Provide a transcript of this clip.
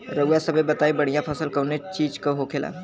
रउआ सभे बताई बढ़ियां फसल कवने चीज़क होखेला?